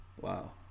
Wow